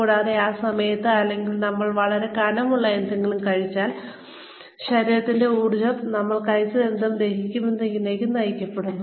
കൂടാതെ ആ സമയത്ത് അല്ലെങ്കിൽ നമ്മൾ വളരെ കനമുള്ള എന്തെങ്കിലും കഴിച്ചാൽ ശരീരത്തിന്റെ ഊർജ്ജം നമ്മൾ കഴിച്ചതെന്തും ദഹിപ്പിക്കുന്നതിലേക്ക് നയിക്കപ്പെടുന്നു